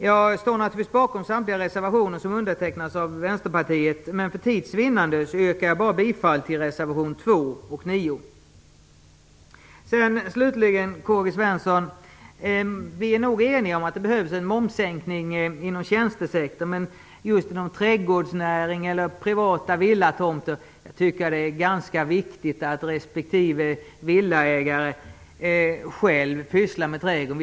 Jag står naturligtvis bakom samtliga reservationer som undertecknats av Vänsterpartiet. Men för tids vinnande yrkar jag bara bifall till reservationerna 2 och 9. Slutligen är vi nog eniga om, Karl-Gösta Svenson, att det behövs en momssänkning inom tjänstesektorn. Men just när det gäller trädgårdsnäringen och privata villatomter tycker jag att det är ganska viktigt att respektive villaägare själv pysslar med trädgården.